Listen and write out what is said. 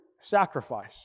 sacrifice